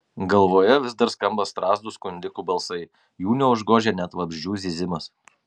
galvoje vis dar skamba strazdų skundikų balsai jų neužgožia net vabzdžių zyzimas